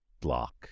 block